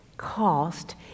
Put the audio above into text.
Cost